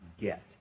get